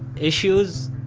issues,